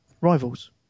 Rivals